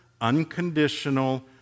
unconditional